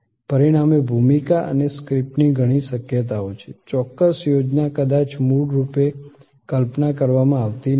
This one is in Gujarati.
પરિણામે ભૂમિકા અને સ્ક્રિપ્ટની ઘણી શક્યતાઓ છે ચોક્કસ યોજના કદાચ મૂળ રૂપે કલ્પના કરવામાં આવી નથી